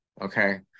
okay